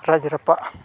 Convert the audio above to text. ᱨᱟᱡᱽ ᱨᱟᱯᱟᱜ